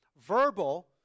Verbal